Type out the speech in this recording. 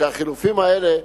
שהחילופין האלה,